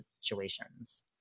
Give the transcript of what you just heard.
situations